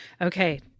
okay